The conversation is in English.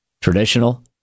traditional